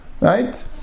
right